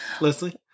Leslie